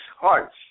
hearts